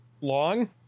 Long